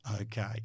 Okay